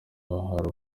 buri